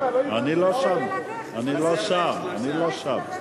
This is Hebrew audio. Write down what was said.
אני לא שם, אני לא שם, אני לא שם.